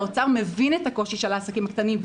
האוצר מבין את הקושי של העסקים הקטנים,